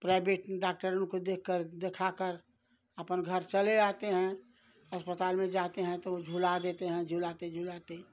private में doctor लोग को देखकर देखाकर अपन घर चले आते हैं अस्पताल में जाते हैं तो झूला देते हैं झूलाते झूलाते